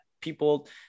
people